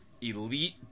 Elite